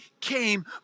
came